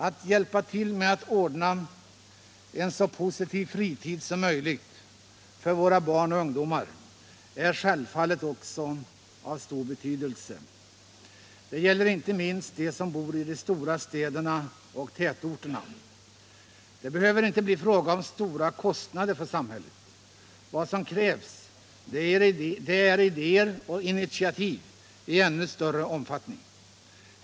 Att hjälpa till med att ordna en så positiv fritid som möjligt för våra barn och ungdomar är självfallet också av stor betydelse. Det gäller inte minst dem som bor i de stora städerna och tätorterna. Det behöver inte bli fråga om stora kostnader för samhället. Vad som krävs är idéer och initiativ i ännu större omfattning.